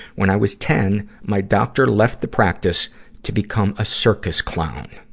when i was ten, my doctor left the practice to become a circus clown.